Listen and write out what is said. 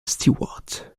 stewart